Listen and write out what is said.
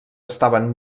estaven